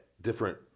different